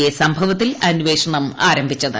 A സംഭവത്തിൽ അന്വേഷണം ആരംഭിച്ചത്